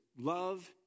love